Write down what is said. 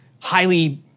highly